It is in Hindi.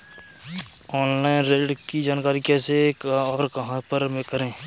ऑनलाइन ऋण की जानकारी कैसे और कहां पर करें?